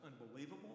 unbelievable